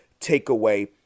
Takeaway